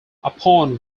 upon